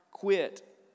Quit